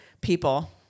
People